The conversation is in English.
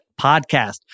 podcast